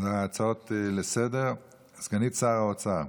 להצעות לסדר-היום סגנית שר האוצר,